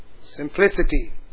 Simplicity